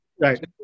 Right